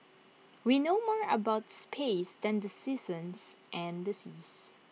we know more about space than the seasons and the seas